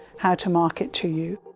how to market to you.